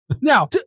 Now